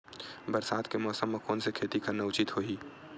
बरसात के मौसम म कोन से खेती करना उचित होही?